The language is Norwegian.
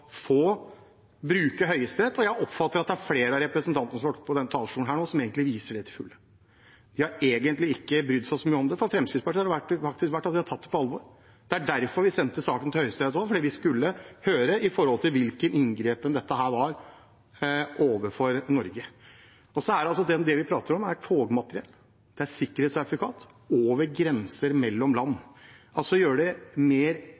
flere av representantene som har vært oppe på denne talerstolen nå, som egentlig viser det til fulle. De har egentlig ikke brydd seg så mye om det. Fremskrittspartiet har tatt det på alvor. Det er derfor vi sendte saken til Høyesterett, for vi skulle høre hvilken inngripen dette var overfor Norge. Den delen vi prater om, er togmateriell og sikkerhetssertifikater over grenser mellom land, altså å gjøre det enklere for dem som skal drive jernbanen, med hensyn til å få godkjenninger. Jeg tar statsråden på ordet på det; han var veldig tydelig på at vi har full råderett over norsk jernbane. Det